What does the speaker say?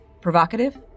Provocative